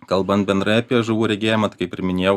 kalbant bendrai apie žuvų regėjimą tai kaip ir minėjau